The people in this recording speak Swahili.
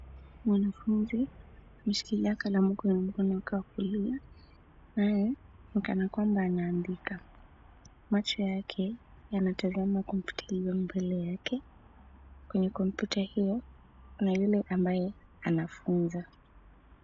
Mwanafunzi ameshikilia kalamu kwenye mkono wake wa kulia naye ni kanakwamba anaandika. Macho yake yanatazama kompyuta iliyo mbele yake. Kwenye kompyuta hiyo, kuna yule ambaye anafunza.